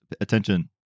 attention